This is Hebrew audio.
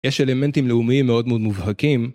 יש אלמנטים לאומיים מאוד מאוד מובהקים